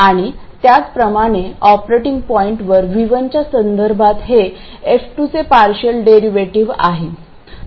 आणि त्याचप्रमाणे ऑपरेटिंग पॉईंटवर V1 च्या संदर्भात हे f2 चे पार्शियल डेरिव्हेटिव्ह आहे